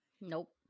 Nope